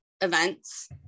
events